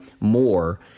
more